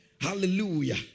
Hallelujah